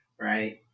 right